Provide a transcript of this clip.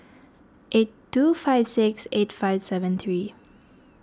eight two five six eight five seven three